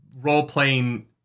role-playing